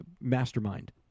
mastermind